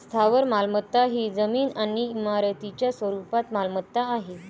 स्थावर मालमत्ता ही जमीन आणि इमारतींच्या स्वरूपात मालमत्ता आहे